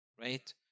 Right